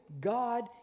God